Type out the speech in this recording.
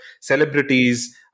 celebrities